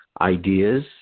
ideas